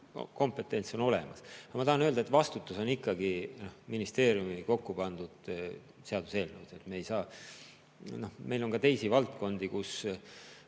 kompetents on neil olemas. Ma tahan öelda, et vastutus on ikkagi ministeeriumis kokku pandud seaduseelnõul. Meil on ka teisi valdkondi, kus